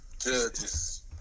judges